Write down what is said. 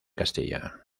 castilla